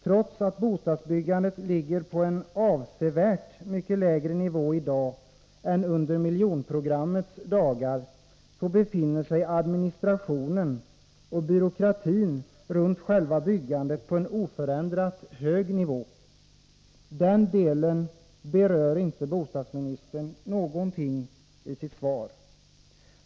Trots att bostadsbyggandet ligger på en avsevärt mycket lägre nivå i dag än under miljonprogrammets dagar befinner sig administrationen och byråkratin runt själva byggandet på en oförändrat hög nivå. Den delen av problemet berör inte bostadsministern i sitt svar.